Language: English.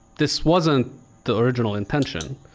this wasn't the original intention,